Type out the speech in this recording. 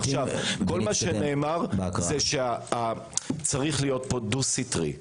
כל מה שנאמר הוא שצריך להיות פה דו סטרי.